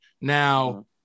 Now